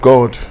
God